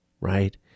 right